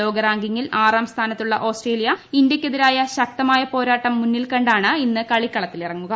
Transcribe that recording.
ലോക റാങ്കിങ്ങിൽ ആറാം സ്ഥാനത്തിുള്ള് ഓസ്ട്രേലിയ ഇന്തൃയ്ക്കെതിരെ ശക്തമായ പോരാട്ടം മുന്നിൽ കണ്ടാണ് ഇന്ന് കളിക്കളത്തിൽ ഇറങ്ങുക